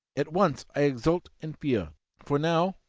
at once i exulted and feared for now,